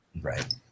Right